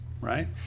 right